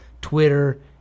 Twitter